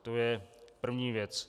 To je první věc.